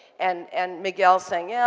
and and miguel saying, yeah,